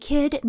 Kid